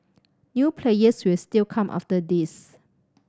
new players will still come after this